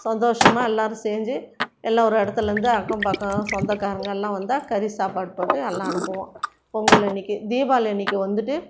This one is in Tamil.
சந்தோஷமாக எல்லோரும் செஞ்சு எல்லோர் இடத்துலேந்து அக்கம்பக்கம் சொந்தக்காரங்கள்லாம் வந்தா கறி சாப்பாடு போட்டு எல்லா அனுப்புவோம் பொங்கல் அன்றைக்கி தீபாவளி அன்றைக்கி வந்துட்டு